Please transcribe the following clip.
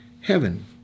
heaven